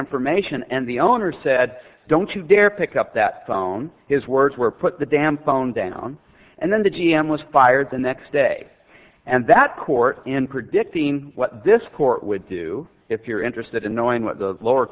information and the owner said don't you dare pick up that phone his words were put the damn phone down and then the g m was fired the next day and that court in predicting what this court would do if you're interested in knowing what the lower